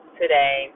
today